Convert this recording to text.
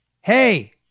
Hey